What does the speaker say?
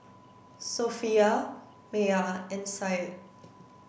Sofea Maya and Syed